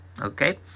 okay